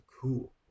cool